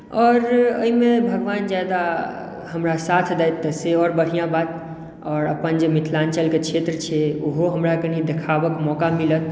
आओर एहिमे भगवान ज्यादा हमरा साथ दथि तऽ से आओर बढ़िआँ बात आओर अपन जे मिथिलाञ्चलके क्षेत्र छै ओहो हमरा कनि देखाबयके मौका मिलत